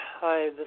hi